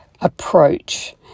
approach